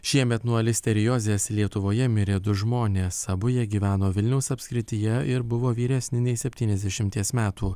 šiemet nuo listeriozės lietuvoje mirė du žmonės abu jie gyveno vilniaus apskrityje ir buvo vyresni nei septyniasdešimties metų